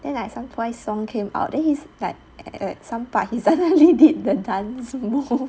then like some twice song came out then he's that at some part he suddenly did the dance move